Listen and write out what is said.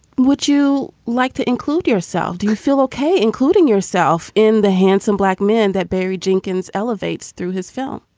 would you like to include yourself, do you feel okay, including yourself in the handsome black man that barry jenkins elevates through his film?